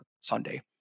Sunday